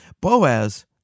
Boaz